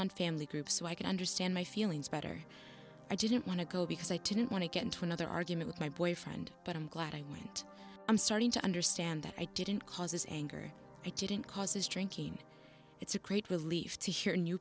on family groups so i can understand my feelings better i didn't want to go because i didn't want to get into another argument with my boyfriend but i'm glad i went i'm starting to understand that i didn't cause his anger i didn't cause his drinking it's a great relief to hear new